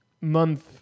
month